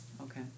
Okay